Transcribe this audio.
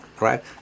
right